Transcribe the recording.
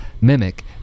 mimic